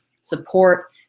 support